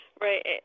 Right